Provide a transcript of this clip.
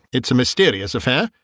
it's a mysterious affair,